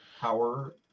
power